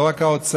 לא רק האוצר,